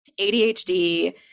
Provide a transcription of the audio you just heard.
ADHD